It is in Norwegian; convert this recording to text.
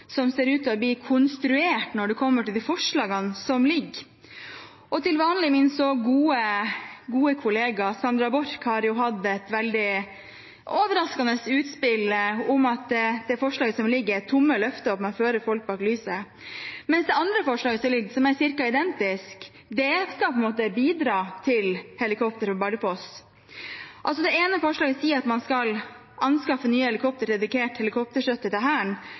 som ser ut til å bli konstruert når det kommer til de forslagene som foreligger. Min til vanlig så gode kollega Sandra Borch har hatt et veldig overraskende utspill om at det forslaget som ligger her, er tomme løfter som fører folk bak lyset, mens det andre forslaget som ligger her, som er ca. identisk, skal bidra til helikopter på Bardufoss. Det ene forslaget sier at man skal «anskaffe nye helikoptre til dedikert helikopterstøtte for Hæren», med «en skvadron på Bardufoss», det andre sier «utvide kjøpet med dedikerte helikopter til Hæren»,